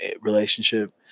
relationship